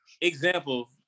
Example